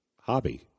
hobby